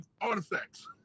artifacts